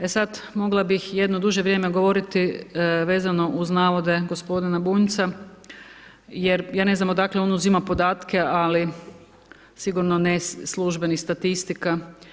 E sad, mogla bih jedno duže vrijeme govoriti vezano uz navode g. Bunjca jer ja ne znam odakle on uzima podatke, ali sigurno ne službenih statistika.